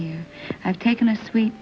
here i've taken a swee